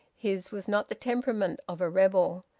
his was not the temperament of a rebel,